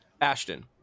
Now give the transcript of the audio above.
ashton